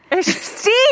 Steve